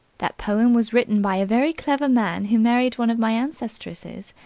that poem was written by a very clever man who married one of my ancestresses.